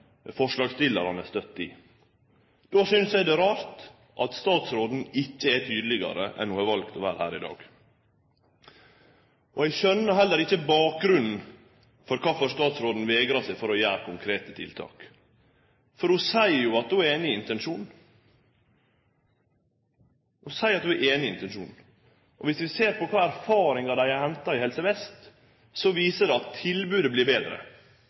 forslagsstillarane støtte i. Då synest eg det er rart at statsråden ikkje er tydelegare enn det ho har valt å vere her i dag. Eg skjønar heller ikkje bakgrunnen for at statsråden vegrar seg for å kome med konkrete tiltak, for ho seier jo at ho er einig i intensjonen. Ho seier at ho er einig i intensjonen. Dersom vi ser på dei erfaringane dei har henta i Helse Vest, viser dei at tilbodet vert betre.